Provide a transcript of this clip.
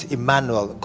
Emmanuel